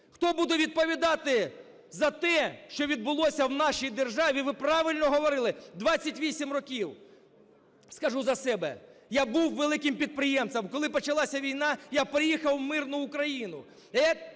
Хто буде відповідати за те, що відбулося в нашій державі, ви правильно говорили, 28 років? Скажу за себе, я був великим підприємцем. Коли почалася війна, я переїхав в мирну Україну.